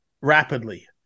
rapidly